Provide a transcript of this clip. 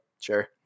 sure